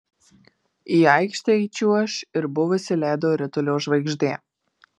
į aikštę įčiuoš ir buvusi ledo ritulio žvaigždė